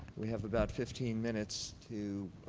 we have about fifteen minutes to